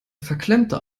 verklemmte